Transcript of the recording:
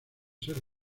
ser